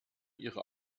ihre